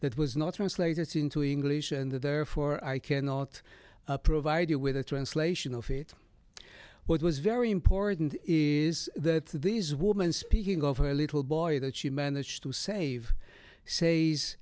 that was not translated into english and therefore i cannot provide you with a translation of it what was very important is that these woman speaking of her little boy that she managed to save